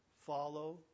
follow